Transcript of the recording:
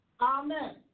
Amen